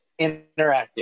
interactive